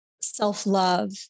self-love